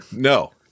No